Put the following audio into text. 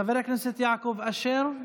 חבר הכנסת יעקב אשר,